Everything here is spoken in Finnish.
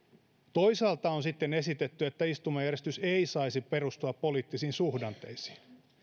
toisaalta on sitten esitetty että istumajärjestys ei saisi perustua poliittisiin suhdanteisiin